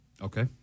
Okay